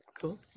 Cool